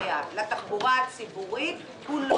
מספר פנייה לוועדה: 133, מענקים לניצולי